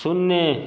शून्य